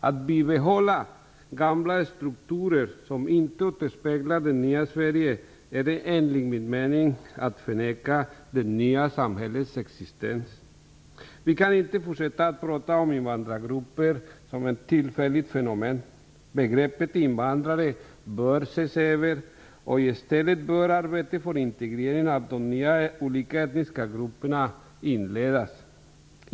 Att bibehålla gamla strukturer som inte återspeglar det nya Sverige är enligt min mening att förneka det nya samhällets existens. Vi kan inte fortsätta att prata om invandrargrupper som ett tillfälligt fenomen. Begreppet invandrare bör ses över. I stället bör arbetet för integrering av de olika etniska grupperna inledas.